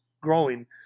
growing